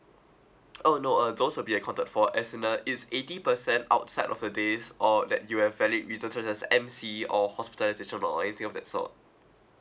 oh no uh those will be accounted for as in uh it's eighty percent outside of the days or that you have valid reasons such as M_C or hospitalization or anything of that sort